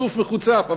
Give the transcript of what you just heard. חצוף מחוצף,